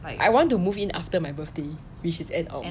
I want to move in after my birthday which is end of